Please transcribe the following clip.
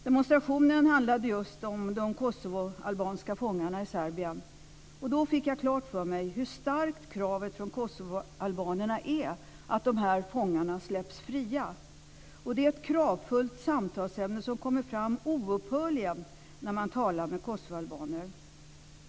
Demonstrationen handlade just om de kosovoalbanska fångarna i Serbien. Då fick jag klart för mig hur starkt kravet från kosovoalbanerna är på att dessa fångar släpps fria. Det är ett kravfullt samtalsämne som kommer fram oupphörligen när man talar med kosovoalbaner.